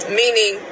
meaning